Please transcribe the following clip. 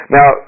Now